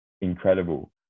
incredible